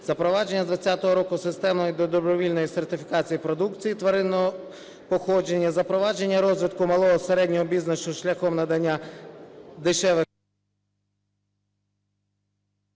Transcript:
запровадження з 2020 року системи добровільної сертифікації продукції тваринного походження. Запровадження розвитку малого, середнього бізнесу шляхом надання дешевих…